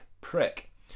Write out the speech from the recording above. Prick